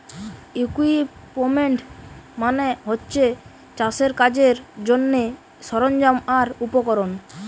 equipment মানে হচ্ছে চাষের কাজের জন্যে সরঞ্জাম আর উপকরণ